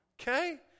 Okay